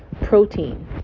protein